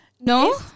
No